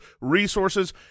resources